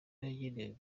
yagenewe